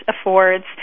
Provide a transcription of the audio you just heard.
affords